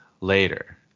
later